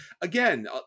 again